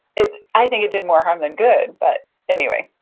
it, i think it did more harm than good. but, anyway,